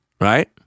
Right